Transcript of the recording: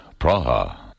Praha